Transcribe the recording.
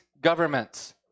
governments